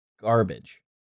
garbage